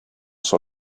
sur